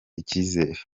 icyizere